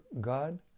God